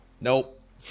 Nope